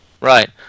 right